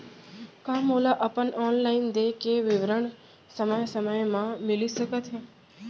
का मोला अपन ऑनलाइन देय के विवरण समय समय म मिलिस सकत हे?